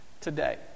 today